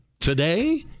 Today